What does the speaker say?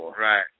Right